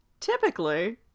Typically